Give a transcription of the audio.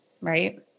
Right